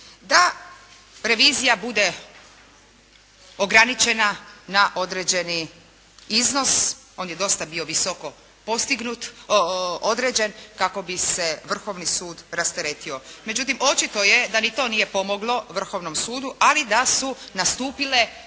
da revizija bude ograničena na određeni iznos. On je dosta bio visoko postignut, određen kako bi se Vrhovni sud rasteretio. Međutim očito je da ni to nije pomoglo Vrhovnom sudu ali da su nastupile neke,